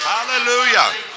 Hallelujah